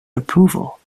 approval